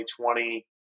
2020